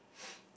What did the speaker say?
yeah